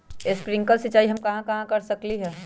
Sprinkle सिंचाई हम कहाँ कहाँ कर सकली ह?